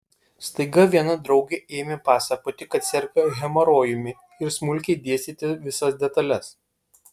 staiga viena draugė ėmė pasakoti kad serga hemorojumi ir smulkiai dėstyti visas detales